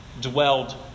dwelled